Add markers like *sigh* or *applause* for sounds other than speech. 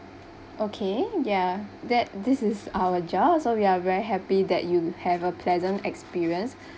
okay ya that this is our *laughs* job so we are very happy that you have a pleasant experience